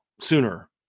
sooner